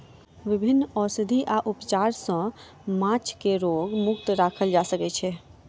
विभिन्न औषधि आ उपचार सॅ माँछ के रोग मुक्त राखल जा सकै छै